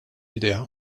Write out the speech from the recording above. idea